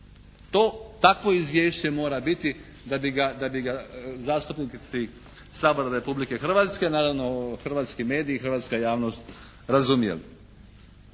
To takvo izvješće mora biti da bi ga zastupnici Sabora Republike Hrvatske naravno hrvatski mediji i hrvatska javnost razumjeli.